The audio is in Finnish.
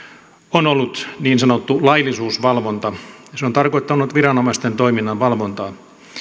on ollut niin sanottu laillisuusvalvonta se on tarkoittanut viranomaisten toiminnan valvontaa